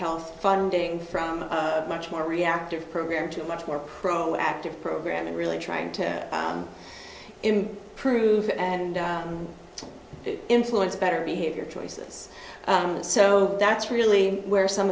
health funding from a much more reactive program to much more proactive program and really trying to in proof and influence better behavior choices so that's really where some